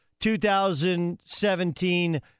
2017